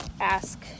ask